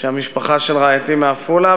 והמשפחה של רעייתי מעפולה,